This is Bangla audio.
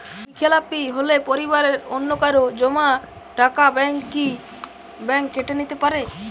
ঋণখেলাপি হলে পরিবারের অন্যকারো জমা টাকা ব্যাঙ্ক কি ব্যাঙ্ক কেটে নিতে পারে?